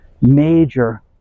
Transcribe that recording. major